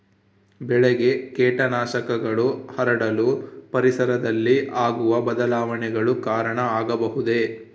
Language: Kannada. ಬೆಳೆಗೆ ಕೇಟನಾಶಕಗಳು ಹರಡಲು ಪರಿಸರದಲ್ಲಿ ಆಗುವ ಬದಲಾವಣೆಗಳು ಕಾರಣ ಆಗಬಹುದೇ?